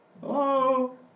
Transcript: Hello